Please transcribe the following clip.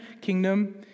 Kingdom